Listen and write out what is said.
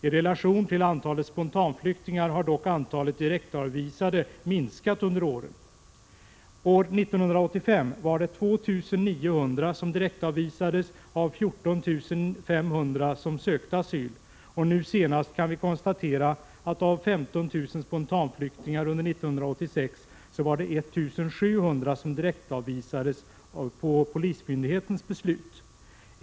I relation till antalet spontanflyktingar har dock antalet direktavvisade minskat under åren. År 1985 var det 2 900 som direktavvisades av 14 500 som sökte asyl, och nu senast kan vi konstatera att av 15 000 spontanflyktingar under 1986 var det 1 700 som direktavvisades på polismyndighetens beslut.